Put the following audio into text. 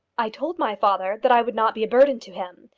i told my father that i would not be a burden to him,